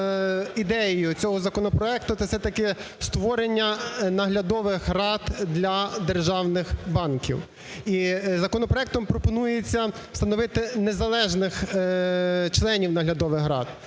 ідеєю цього законопроекту це все-таки створення наглядових рад для державних банків. І законопроектом пропонується встановити незалежних членів наглядових рад.